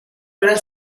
era